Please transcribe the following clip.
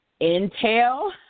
intel